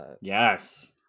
Yes